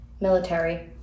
military